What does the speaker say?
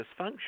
dysfunction